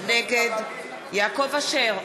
נגד יעקב אשר,